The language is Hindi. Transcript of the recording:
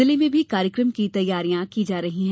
जिले में भी कार्यक्रम की तैयारियां की जा रही है